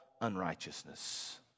unrighteousness